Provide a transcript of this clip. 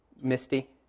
Misty